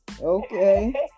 Okay